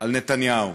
על נתניהו,